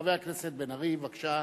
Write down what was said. חבר הכנסת בן-ארי, בבקשה.